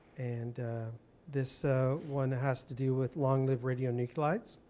and this one has to do with long lived radionuclides.